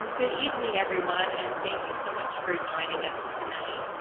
um good evening, everyone. and thank you so much for joining us tonight.